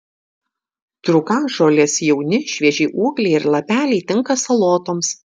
trūkažolės jauni švieži ūgliai ir lapeliai tinka salotoms